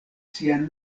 sian